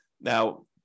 Now